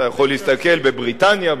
אתה יכול להסתכל בבריטניה,